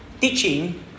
teaching